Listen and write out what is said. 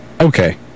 Okay